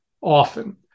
often